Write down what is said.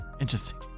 Interesting